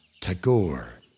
Tagore